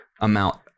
amount